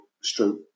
stroke